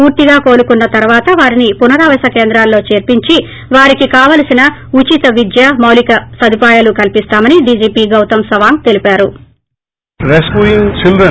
పూర్తిగా కోలుకున్న తర్వాత వారిని పునరావాస కేంద్రాలలో చేర్సించి వారికి కావాల్సిన ఉచిత విద్య మౌల్క సదుపాయాలు కల్పిస్తామని డీజీపీ గౌతమ్ సవాంగ్ తెలిపారు